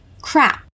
Crap